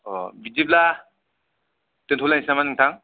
अह बिदिब्ला दोन्थ' लायनोसै नामा नोंथां